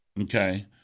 okay